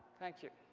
thank you.